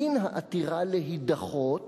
דין העתירה להידחות